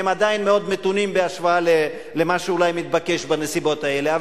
והם עדיין מאוד מתונים בהשוואה למה שאולי מתבקש בנסיבות האלה.